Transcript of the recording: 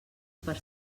per